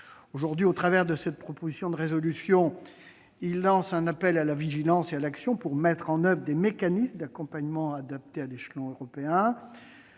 Aujourd'hui, au travers de cette proposition de résolution, Jean-François Husson lance un appel à la vigilance et à l'action : il s'agit de mettre en oeuvre des mécanismes d'accompagnement adaptés à l'échelon européen.